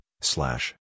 slash